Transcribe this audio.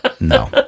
No